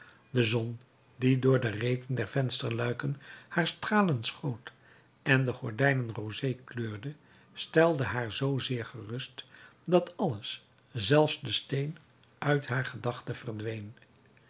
de zon die door de reten der vensterluiken haar stralen schoot en de gordijnen rosé kleurde stelde haar zoozeer gerust dat alles zelfs de steen uit haar gedachte verdween